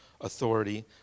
authority